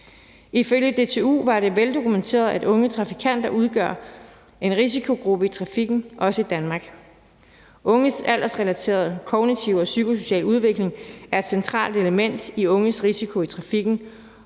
Ifølge DTU var det veldokumenteret, at unge trafikanter udgør en risikogruppe i trafikken, også i Danmark. Unges aldersrelaterede, kognitive og psykosociale udvikling er et centralt element i unges risiko i trafikken,